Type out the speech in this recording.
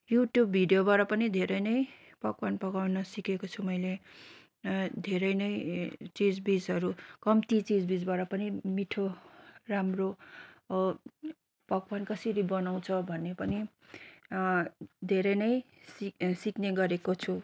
YouTube भिडियोबाट पनि धेरै नै पकवान पकाउनु सिकेको छु मैले धेरै नै चिजबिजहरू कम्ती चिजबिजबाट पनि मिठो राम्रो पकवान कसरी बनाउँछ भन्ने पनि धेरै नै सिक् सिक्ने गरेको छु